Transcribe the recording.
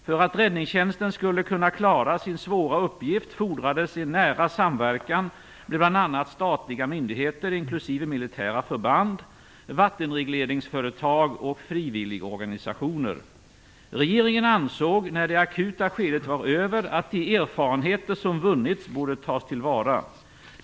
För att räddningstjänsten skulle kunna klara sin svåra uppgift fordrades en nära samverkan med bl.a. Regeringen ansåg, när det akuta skedet var över, att de erfarenheter som vunnits borde tas till vara.